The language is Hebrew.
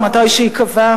או מתי שייקבע.